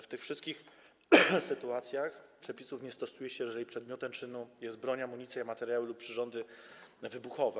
W tych wszystkich sytuacjach przepisów nie stosuje się, jeżeli przedmiotem czynu jest broń, amunicja, materiały lub przyrządy wybuchowe.